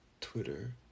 Twitter